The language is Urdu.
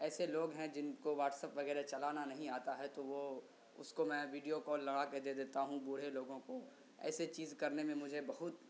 ایسے لوگ ہیں جن کو واٹسپ وغیرہ چلانا نہیں آتا ہے تو وہ اس کو میں ویڈیو کال لگا کے دے دیتا ہوں بوڑھے لوگوں کو ایسے چیز کرنے میں مجھے بہت